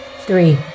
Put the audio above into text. three